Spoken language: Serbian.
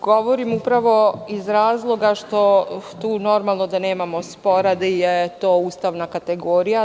Govorim iz razloga što je normalno da tu nemamo spora, da je to ustavna kategorija.